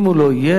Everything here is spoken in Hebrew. אם הוא לא יהיה,